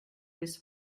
this